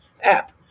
app